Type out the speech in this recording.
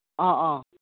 ꯑꯧ ꯑꯧ